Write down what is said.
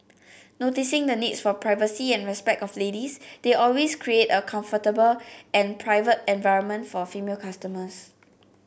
noticing the needs for privacy and respect of ladies they always create a comfortable and private environment for female customers